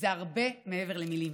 זה הרבה מעבר למילים.